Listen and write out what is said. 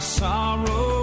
sorrow